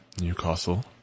Newcastle